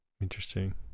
Interesting